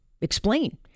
explain